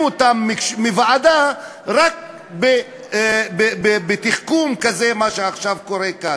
אותם מוועדה רק בתחכום כזה מה שעכשיו קורה כאן.